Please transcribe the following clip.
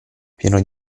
pieno